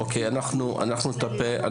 אוקיי, אנחנו נטפל.